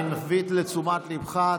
אני מביא לתשומת ליבך,